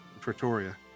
pretoria